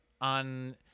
on